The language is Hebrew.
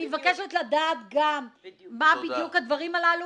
אני מבקשת לדעת מה בדיוק הדברים הללו.